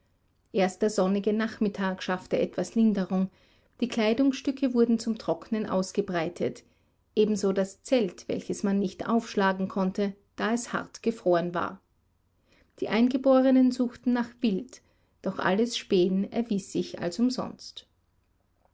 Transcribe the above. erst der sonnige nachmittag schaffte etwas linderung die kleidungsstücke wurden zum trocknen ausgebreitet ebenso das zelt welches man nicht aufschlagen konnte da es hart gefroren war die eingeborenen suchten nach wild doch alles spähen erwies sich als umsonst